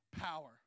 power